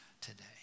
today